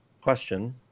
Question